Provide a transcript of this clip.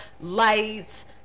lights